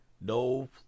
no